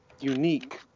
unique